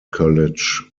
college